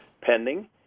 pending